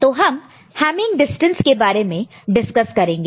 तो हम Hamming distance के बारे में डिस्कस करेंगे